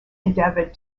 endeavoured